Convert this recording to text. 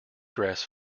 grass